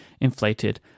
inflated